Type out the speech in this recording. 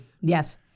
Yes